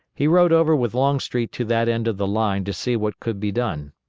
he rode over with longstreet to that end of the line to see what could be done.